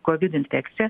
kovid infekciją